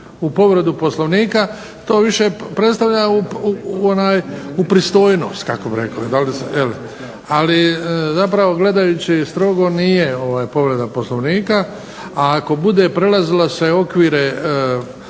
u povredu Poslovnika. To više predstavlja u pristojnost, kako bih rekao. Je li? Ali zapravo gledajući strogo nije povreda Poslovnika, a ako bude prelazilo se okvire podnošljivosti